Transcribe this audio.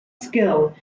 skill